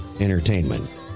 entertainment